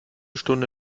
stunde